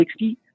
60